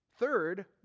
Third